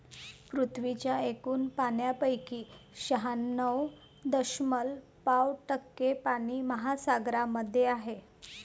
पृथ्वीच्या एकूण पाण्यापैकी शहाण्णव दशमलव पाच टक्के पाणी महासागरांमध्ये आहे